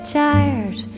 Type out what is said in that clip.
tired